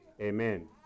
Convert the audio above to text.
Amen